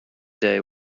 day